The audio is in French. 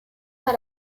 par